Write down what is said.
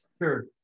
Sure